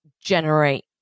generate